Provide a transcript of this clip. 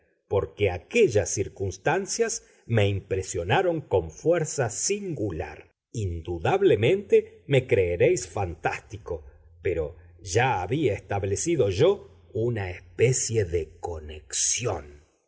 porque aquellas circunstancias me impresionaron con fuerza singular indudablemente me creeréis fantástico pero ya había establecido yo una especie de conexión